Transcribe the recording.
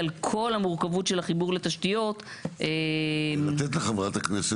על כל המורכבות של החיבור לתשתיות --- אני פשוט שואלת,